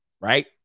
Right